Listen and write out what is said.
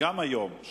גם היום,